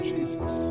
Jesus